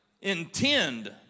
intend